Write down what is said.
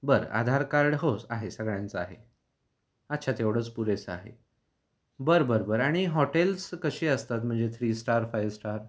बरं आधार कार्ड हो आहे सगळ्यांचं आहे अच्छा तेवढंच पुरेस आहे बरं बरं बरं आणि हॉटेल्स कशी असतात म्हणजे थ्री स्टार फाईव स्टार